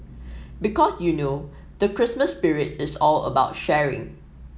because you know the Christmas spirit is all about sharing